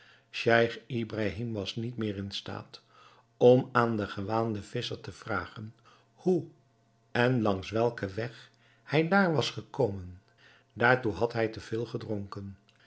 scheich ibrahim was niet meer in staat om aan den gewaanden visscher te vragen hoe en langs welken weg hij daar was gekomen daartoe had hij te veel gedronken